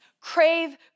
crave